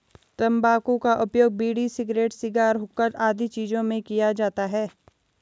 तंबाकू का उपयोग बीड़ी, सिगरेट, शिगार, हुक्का आदि चीजों में किया जाता है